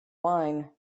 wine